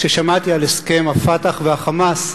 כששמעתי על הסכם ה"פתח" וה"חמאס"